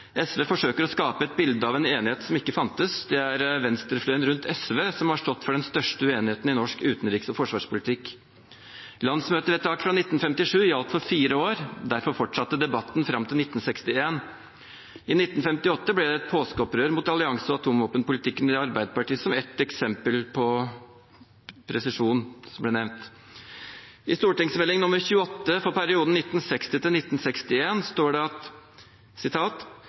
SV forsøker å skape et bilde av en enighet som ikke fantes. Det er venstrefløyen rundt SV som har stått for den største uenigheten i norsk utenriks- og forsvarspolitikk. Landsmøtevedtaket fra 1957 gjaldt for fire år. Derfor fortsatte debatten fram til 1961. I 1958 ble det et påskeopprør mot allianse- og atomvåpenpolitikken i Arbeiderpartiet, som ett eksempel på presisjon, som ble nevnt. I St. meld. nr. 28 for 1960–61 står det: «Det er Regjeringens syn at